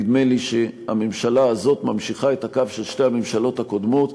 נדמה לי שהממשלה הזאת ממשיכה את הקו של שתי הממשלות הקודמות: